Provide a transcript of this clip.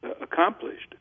accomplished